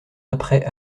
apprêt